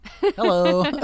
Hello